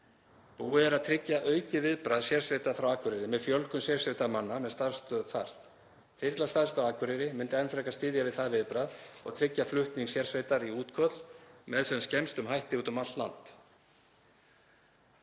Búið er að tryggja aukið viðbragð sérsveitar frá Akureyri með fjölgun sérsveitarmanna með starfsstöð þar. Þyrla staðsett á Akureyri myndi enn frekar styðja við það viðbragð og tryggja flutning sérsveitar í útköll með sem skemmstum hætti út um allt land.